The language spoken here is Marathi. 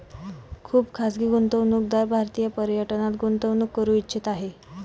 खुप खाजगी गुंतवणूकदार भारतीय पर्यटनात गुंतवणूक करू इच्छित आहे